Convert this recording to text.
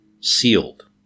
sealed